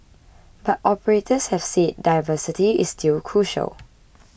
but operators have said diversity is still crucial